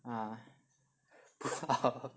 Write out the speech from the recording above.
啊不是好